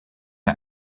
een